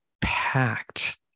packed